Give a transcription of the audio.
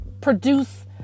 produce